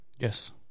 Yes